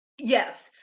Yes